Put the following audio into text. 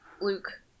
Luke